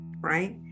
right